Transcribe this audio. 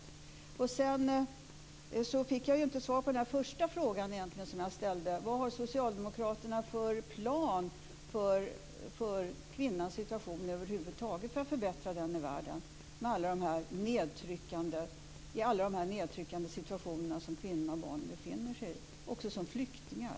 Sedan fick jag egentligen inte svar på den första frågan, som jag ställde: Vad har socialdemokraterna för plan för att förbättra kvinnans situation i världen? Det gäller alla de här nedtryckande situationerna, som kvinnorna och barnen befinner sig i också som flyktingar.